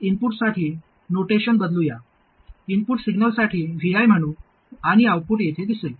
आणि इनपुटसाठी नोटेशन बदलूया इनपुट सिग्नलसाठी Vi म्हणू आणि आऊटपुट येथे दिसेल